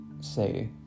say